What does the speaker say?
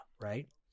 right